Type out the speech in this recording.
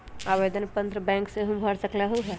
आवेदन पत्र बैंक सेहु भर सकलु ह?